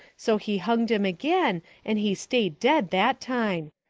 so he hunged him again and he stayed dead that time.